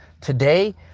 today